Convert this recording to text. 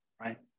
right